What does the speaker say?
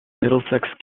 middlesex